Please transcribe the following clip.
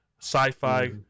Sci-fi